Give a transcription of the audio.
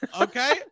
Okay